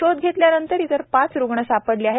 शोध घेतल्यानंतर इतर पाच रुग्ण सापडले आहेत